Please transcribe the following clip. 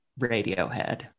Radiohead